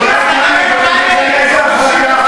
אם אתה אומר את זה אין לך הבנה.